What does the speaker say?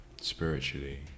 spiritually